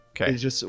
Okay